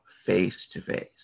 face-to-face